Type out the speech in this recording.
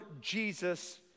Jesus